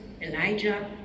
Elijah